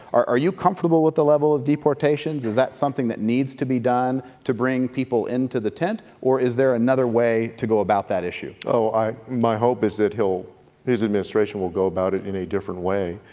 are you comfortable with the level of deportation? is is that something that needs to be done to bring people into the tent or is there another way to go about that issue? oh, my hope is that he'll he'll his administration will go about it in a different way.